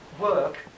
work